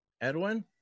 Edwin